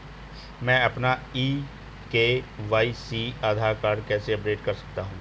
मैं अपना e KYC Aadhaar card कैसे अपडेट कर सकता हूँ?